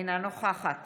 אינה נוכחת